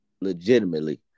legitimately